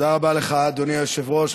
תודה רבה לך, אדוני היושב-ראש.